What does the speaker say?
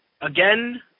again